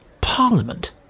Parliament